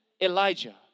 Elijah